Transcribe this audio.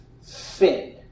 sin